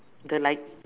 the light